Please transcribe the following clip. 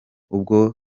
ubwo